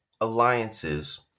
alliances